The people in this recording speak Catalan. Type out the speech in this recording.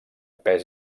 pes